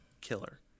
killer